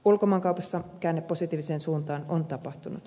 ulkomaankaupassa käänne positiiviseen suuntaan on tapahtunut